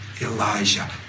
Elijah